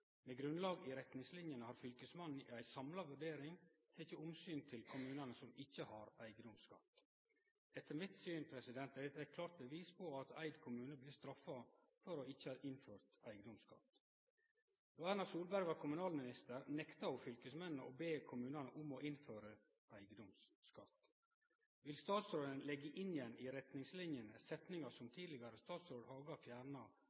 med grunnlag i retningslinjene har fylkesmannen etter ei samla vurdering teke omsyn til kommunane som ikkje har eigedomsskatt. Etter mitt syn er dette eit klart bevis på at Eid kommune blir straffa for ikkje å ha innført eigedomsskatt. Då Erna Solberg var kommunalminister nekta ho fylkesmennene å be kommunane om å innføre eigedomsskatt. Vil statsråden leggje inn att i retningslinjene setninga som tidlegare statsråd Haga fjerna,